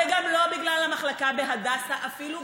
וגם לא בגלל המחלקה בהדסה אפילו,